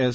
S